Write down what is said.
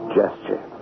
gesture